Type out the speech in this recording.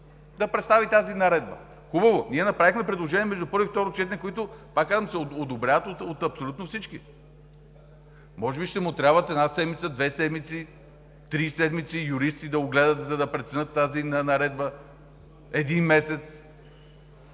да представи тази наредба. Хубаво, ние направихме предложения между първо и второ четене, които, пак казвам, се одобряват от абсолютно всички. Може би ще му трябва една – две седмици, три седмици, юристите да го огледат, за да преценят тази наредба, един месец,